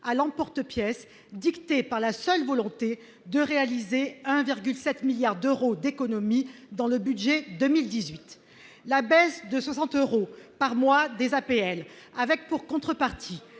à l'emporte-pièce, dictée par la seule volonté de réaliser 1,7 milliards d'euros d'économies dans le budget 2018, la baisse de 60 euros par mois des APL, avec pour contrepartie